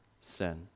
sin